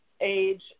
age